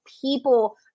people